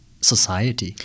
society